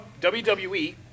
WWE